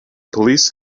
police